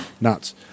nuts